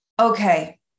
Okay